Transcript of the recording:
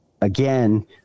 Again